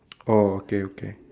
oh okay okay